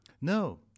No